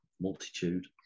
multitude